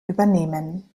übernehmen